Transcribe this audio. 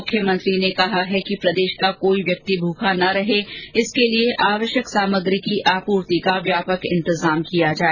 मुख्यमंत्री ने कहा है कि प्रदेश का कोई व्यक्ति भूखा नहीं रहे इसके लिए आवश्यक सामग्री की आपूर्ति का व्यापक इंतजाम किया जाए